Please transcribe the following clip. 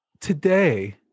today